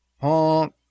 honk